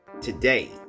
today